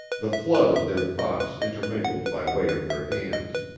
the flood of their thoughts intermingled by way of their hands.